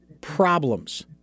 problems